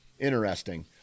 Interesting